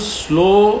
slow